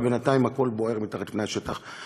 ובינתיים הכול בוער מתחת לפני השטח.